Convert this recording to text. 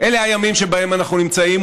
אלה הימים שבהם אנחנו נמצאים,